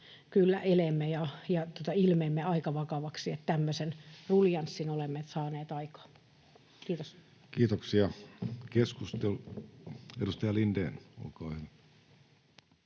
eleemme ja ilmeemme aika vakaviksi, että tämmöisen ruljanssin olemme saaneet aikaan. — Kiitos. Kiitoksia. — Edustaja Lindén,